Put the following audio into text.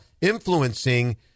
influencing